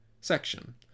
Section